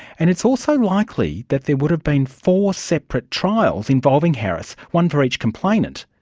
and it's also likely that there would have been four separate trials involving harris one for each complainant.